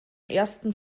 ersten